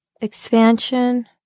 expansion